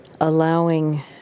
allowing